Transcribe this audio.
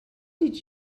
did